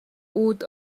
үүд